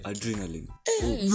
Adrenaline